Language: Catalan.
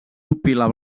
pupil·la